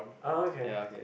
oh okay